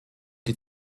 die